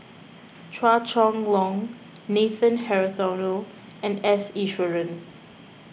Chua Chong Long Nathan Hartono and S Iswaran